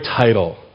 title